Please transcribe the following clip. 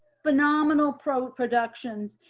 phenomenal pro productions.